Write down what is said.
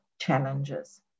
challenges